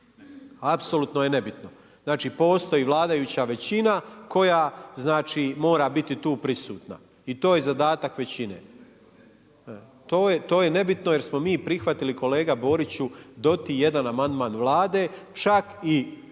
apsolutno nebitno. Znači postoji vladajuća većina koja mora biti tu prisutna i to je zadatak većine. To je nebitno jer smo mi prihvatili kolega Boriću doti jedan amandman Vlade čak i